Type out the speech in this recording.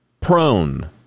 prone